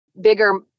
bigger